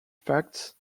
facts